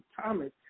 Thomas